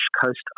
coast